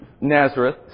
Nazareth